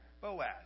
Boaz